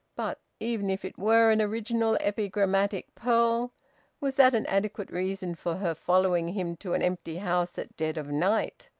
but even if it were an original epigrammatic pearl was that an adequate reason for her following him to an empty house at dead of night?